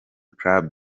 club